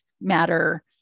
matter